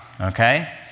okay